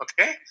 Okay